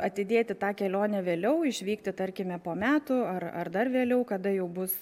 atidėti tą kelionę vėliau išvykti tarkime po metų ar ar dar vėliau kada jau bus